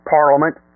Parliament